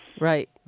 Right